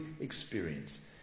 experience